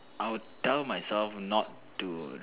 I would tell myself not to